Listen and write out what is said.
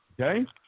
okay